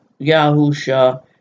Yahusha